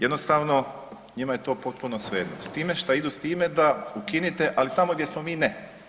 Jednostavno njima je to potpuno svejedno s time šta idu s time da ukinite, ali tamo gdje smo mi ne.